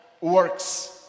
works